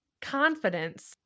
confidence